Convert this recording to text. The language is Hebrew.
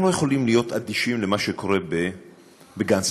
אנחנו לא יכולים להיות אדישים למה שקורה בגן סאקר.